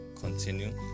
continue